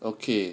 okay